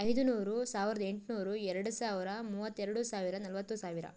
ಐದು ನೂರು ಸಾವಿರದ ಎಂಟ್ನೂರು ಎರಡು ಸಾವಿರ ಮೂವತ್ತೆರಡು ಸಾವಿರ ನಲ್ವತ್ತು ಸಾವಿರ